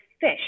fish